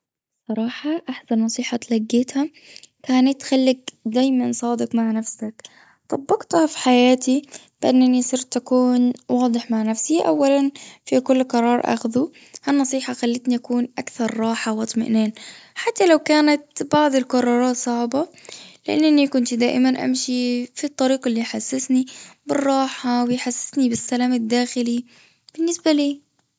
بصراحة أحسن نصيحة اتلقيتها كانت خليك دايما صادق مع نفسك. طبقتها في حياتي لأنني صرت أكون واضح مع نفسي أولا في كل قرار أخذه. النصيحة خلتني أكون أكثر راحة وإطمئنان. حتى لو كانت بعض القرارات صعبة. لأنني كنت دائما أمشي في الطريق اللي يحسسني بالراحة ويحسسني بالسلام الداخلي بالنسبة لي.